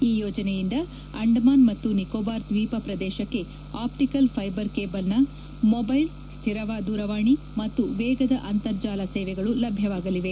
ಈ ಯೋಜನೆಯಿಂದ ಅಂಡಮಾನ್ ಮತ್ತು ನಿಕೋಬಾರ್ ದ್ವೀಪ ಪ್ರದೇಶಕ್ಕೆ ಆಪ್ಟಿಕಲ್ ಫೈಬರ್ ಕೇಬಲ್ನ ಮೊಬೈಲ್ ಶ್ಥಿರ ದೂರವಾಣಿ ಮತ್ತು ವೇಗದ ಅಂತರ್ಜಾಲ ಸೇವೆಗಳು ಲಭ್ಯವಾಗಲಿದೆ